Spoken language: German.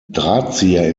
drahtzieher